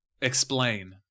explain